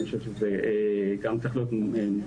אני חושב שזה גם צריך להיות מוסדר,